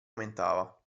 aumentava